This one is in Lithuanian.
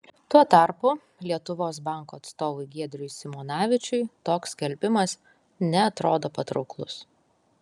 tuo tarpu lietuvos banko atstovui giedriui simonavičiui toks skelbimas neatrodo patrauklus